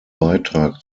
beitrag